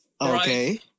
Okay